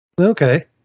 Okay